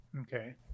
Okay